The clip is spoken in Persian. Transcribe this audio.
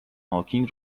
هاوکینگ